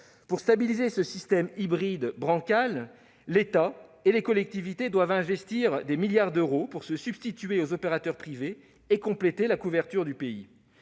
de stabiliser ce système hybride et bancal, l'État et les collectivités doivent investir des milliards d'euros pour se substituer aux opérateurs privés et compléter la couverture du pays.